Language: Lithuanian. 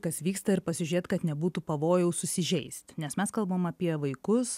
kas vyksta ir pasižiūrėt kad nebūtų pavojaus susižeist nes mes kalbam apie vaikus